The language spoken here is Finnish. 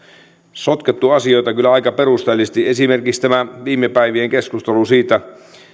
sotkettu asioita kyllä aika perusteellisesti esimerkiksi tässä viime päivien keskustelussa siitä